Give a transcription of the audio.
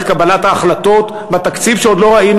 קבלת ההחלטות בתקציב שעוד לא ראינו,